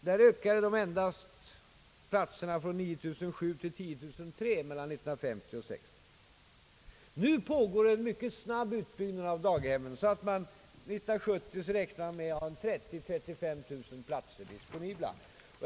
Platsantalet ökades endast från 9 700 till 10 300 mellan 1950 och 1960. Nu pågår emellertid en mycket snabb utbyggnad av daghemmen, så att man för 1970 kan räkna med 30 000—35 000 platser disponibla.